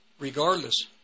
Regardless